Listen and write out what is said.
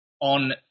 on